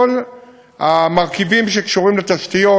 המרכיבים שקשורים לתשתיות,